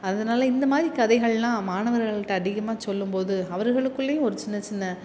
அதனால இந்த மாதிரி கதைகள் எல்லாம் மாணவர்கள்கிட்ட அதிகமாக சொல்லும் போது அவர்களுக்குள்ளேயும் ஒரு சின்ன சின்ன